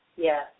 Yes